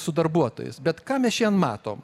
su darbuotojais bet ką mes šiandien matom